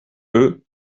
eux